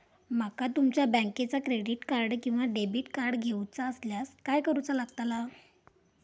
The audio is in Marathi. माका तुमच्या बँकेचा क्रेडिट कार्ड किंवा डेबिट कार्ड घेऊचा असल्यास काय करूचा लागताला?